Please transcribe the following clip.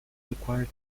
require